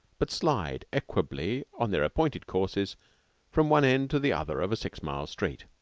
but slide equably on their appointed courses from one end to the other of a six-mile street.